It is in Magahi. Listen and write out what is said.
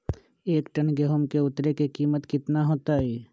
एक टन गेंहू के उतरे के कीमत कितना होतई?